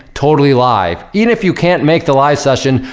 totally live. even if you can't make the live session,